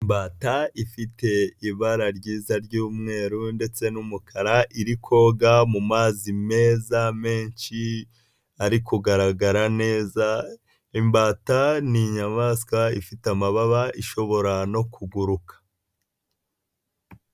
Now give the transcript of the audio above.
Imbata ifite ibara ryiza ry'umweru ndetse n'umukara, iri koga mu mazi meza menshi ari kugaragara neza, imbata ni inyamaswa ifite amababa ishobora no kuguruka.